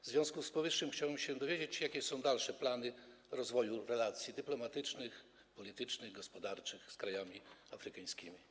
W związku z powyższym chciałem się dowiedzieć, jakie są dalsze plany rozwoju relacji dyplomatycznych, politycznych, gospodarczych z krajami afrykańskimi.